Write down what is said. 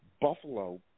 Buffalo